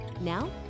Now